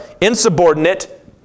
insubordinate